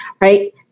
right